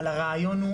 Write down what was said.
אבל הרעיון הוא,